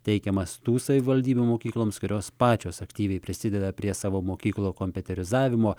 teikiamas tų savivaldybių mokykloms kurios pačios aktyviai prisideda prie savo mokyklų kompiuterizavimo